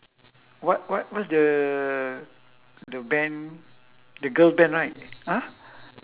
what what what's the the band the girl band right !huh!